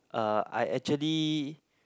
uh I actually